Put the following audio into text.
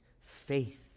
faith